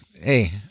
hey